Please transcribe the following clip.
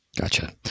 Gotcha